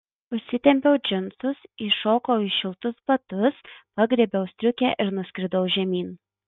užsitempiau džinsus įšokau į šiltus batus pagriebiau striukę ir nuskridau žemyn